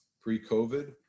pre-covid